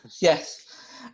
Yes